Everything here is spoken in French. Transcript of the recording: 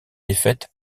défaite